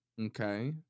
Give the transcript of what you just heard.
Okay